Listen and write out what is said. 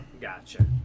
gotcha